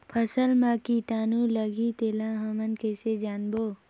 फसल मा कीटाणु लगही तेला हमन कइसे जानबो?